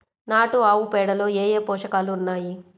నాటు ఆవుపేడలో ఏ ఏ పోషకాలు ఉన్నాయి?